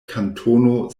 kantono